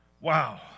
Wow